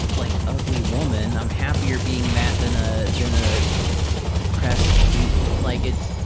like ugly woman, i'm happier being that than ah than a depressed dude. like it's,